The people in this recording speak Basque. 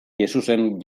jesusen